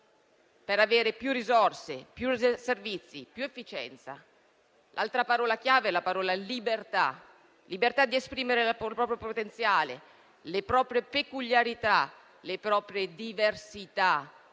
per avere più risorse, più servizi e più efficienza. Un'altra parola chiave è libertà: libertà di esprimere il proprio potenziale, le proprie peculiarità e le proprie diversità,